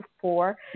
four